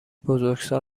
بزرگسال